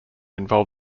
involved